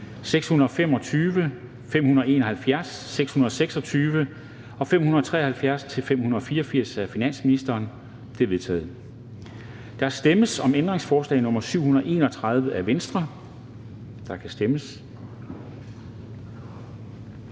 625, 571, 626 og 573-584 af finansministeren? De er vedtaget. Der stemmes om ændringsforslag nr. 731 af V, og der kan stemmes.